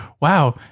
wow